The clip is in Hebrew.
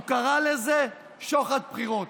הוא קרא לזה שוחד בחירות,